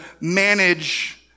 manage